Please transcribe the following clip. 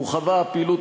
הורחבה הפעילות,